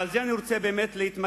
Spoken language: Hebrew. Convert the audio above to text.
בזה אני רוצה להתמקד.